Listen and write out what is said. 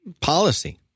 policy